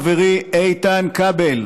חברי איתן כבל,